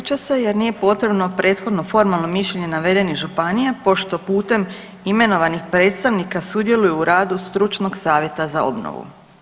Ne prihvaća se jer nije potrebno prethodno formalno mišljenje navedene županije pošto putem imenovanih predstavnika sudjeluju u radu stručnog savjeta za obnovu.